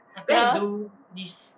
then you how